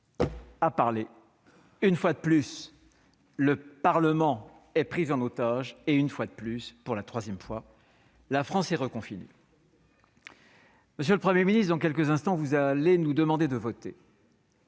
a parlé ; une fois de plus, le Parlement est pris en otage ; une fois de plus- la troisième -, la France est confinée. Monsieur le Premier ministre, dans quelques instants, vous allez nous demander de voter,